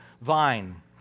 vine